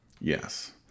Yes